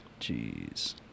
Jeez